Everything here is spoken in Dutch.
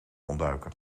ontduiken